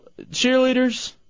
cheerleaders